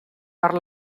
per